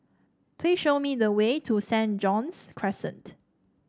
please show me the way to Saint John's Crescent